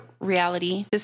reality